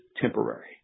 temporary